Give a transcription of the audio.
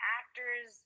actors